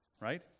right